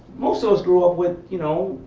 most of us grew up with, you know,